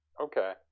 Okay